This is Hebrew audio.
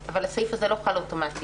הסעיף הזה לא חל אוטומטית.